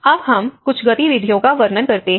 अब हम कुछ गतिविधियों कावर्णन करते हैं